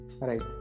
right